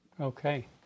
Okay